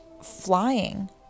flying